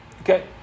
okay